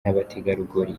n’abategarugori